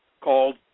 called